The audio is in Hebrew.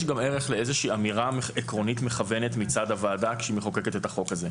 לאיזושהי אמירה עקרונית מכוונת מצד הוועדה כשהיא מחוקקת את החוק הזה.